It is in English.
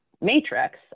matrix